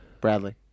Bradley